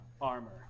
armor